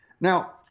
now